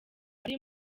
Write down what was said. bari